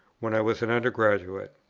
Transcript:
when i was an undergraduate.